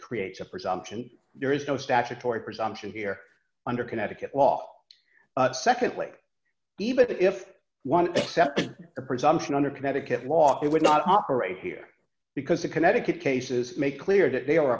creates a presumption there is no statutory presumption here under connecticut law secondly even if one except as a presumption under connecticut law he would not operate here because the connecticut cases make clear that they